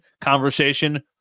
conversation